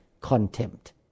contempt